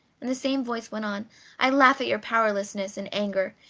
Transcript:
and the same voice went on i laugh at your powerlessness and anger,